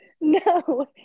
no